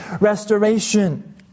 restoration